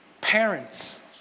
parents